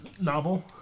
novel